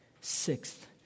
Sixth